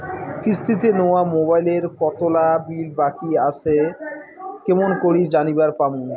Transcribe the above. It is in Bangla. কিস্তিতে নেওয়া মোবাইলের কতোলা বিল বাকি আসে কেমন করি জানিবার পামু?